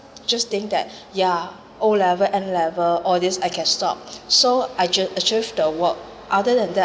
just think that yeah O level N level all this I can stop so I just I choose the work other than that